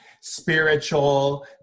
spiritual